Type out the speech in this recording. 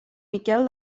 miquel